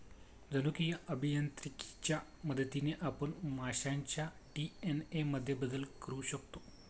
जनुकीय अभियांत्रिकीच्या मदतीने आपण माशांच्या डी.एन.ए मध्येही बदल करू शकतो